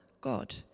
God